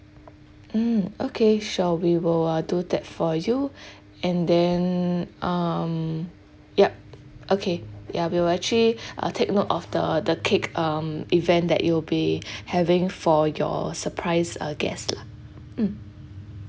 mm okay sure we will uh do that for you and then um yup okay ya we will actually uh take note of the the cake um event that you'll be having for your surprise uh guest lah mm